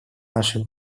наших